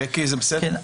בקי, זה בסדר?